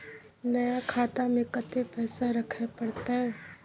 नया खाता में कत्ते पैसा रखे परतै?